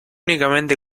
únicamente